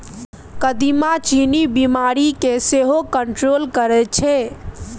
कदीमा चीन्नी बीमारी केँ सेहो कंट्रोल करय छै